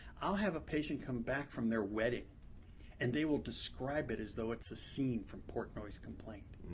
i'll have a patient come back from their wedding and they will describe it as though it's a scene from portnoy's complaint.